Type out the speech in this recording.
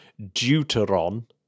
deuteron